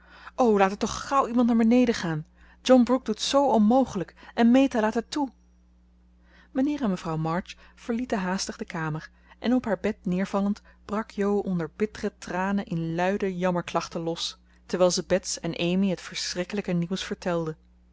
o laat er toch gauw iemand naar beneden gaan john brooke doet zoo onmogelijk en meta laat het toe mijnheer en mevrouw march verlieten haastig de kamer en op haar bed neervallend brak jo onder bittere tranen in luide jammerklachten los terwijl ze bets en amy het verschrikkelijke nieuws vertelde